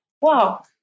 wow